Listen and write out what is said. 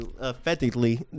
effectively